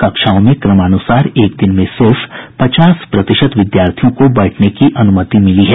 कक्षाओं में क्रमानुसार एक दिन में सिर्फ पचास प्रतिशत विद्यार्थियों को बैठने की अनुमति मिली है